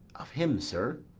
of him, sir.